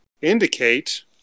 indicate